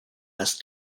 asks